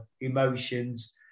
emotions